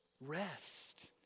rest